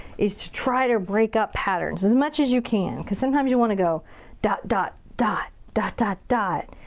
is to try to break up patterns, as much as you can, cause sometimes you wanna go dot, dot, dot, dot dot, dot.